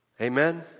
Amen